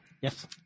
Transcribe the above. Yes